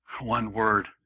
one-word